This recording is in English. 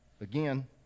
Again